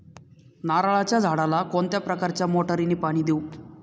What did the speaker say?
नारळाच्या झाडाला कोणत्या प्रकारच्या मोटारीने पाणी देऊ?